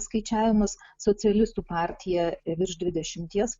skaičiavimus socialistų partija virš dvidešimties